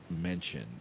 mention